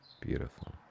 beautiful